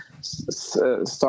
start